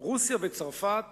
רוסיה וצרפת